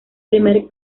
primer